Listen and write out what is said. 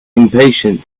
impatient